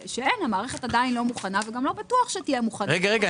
שהמערכת עדיין לא מוכנה וגם לא בטוח שתהיה מוכנה.